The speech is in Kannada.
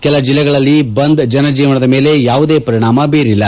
ಕೆಲ ಜಿಲ್ಲೆಗಳಲ್ಲಿ ಬಂದ್ ಜನಜೀವನದ ಮೇಲೆ ಯಾವುದೇ ಪರಿಣಾಮ ಬೀರಿಲ್ಲ